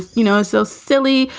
you know, so silly,